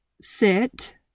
Sit